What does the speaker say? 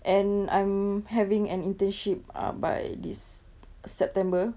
and I'm having an internship uh by this september